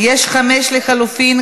שלי יחימוביץ,